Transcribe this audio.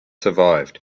survived